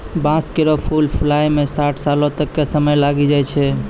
बांस केरो फूल फुलाय म साठ सालो तक क समय लागी जाय छै